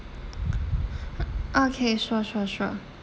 okay sure sure sure